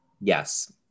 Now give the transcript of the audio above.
yes